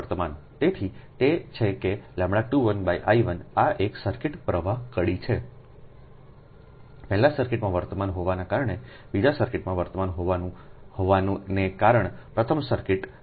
તેથી તે તે છે કેλ21I1 એ એક સર્કિટ પ્રવાહ કડી છે પહેલા સર્કિટમાં વર્તમાન હોવાને કારણે બીજા સર્કિટમાં વર્તમાન હોવાને કારણે પ્રથમ સર્કિટ વર્તમાન 1 છે